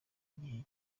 igihe